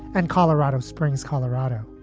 and colorado springs, colorado